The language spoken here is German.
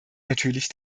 natürlich